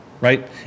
right